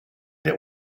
der